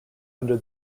under